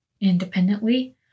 independently